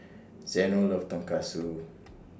Zeno loves Tonkatsu